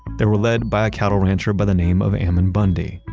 there were led by a cattle rancher by the name of ammon bundy,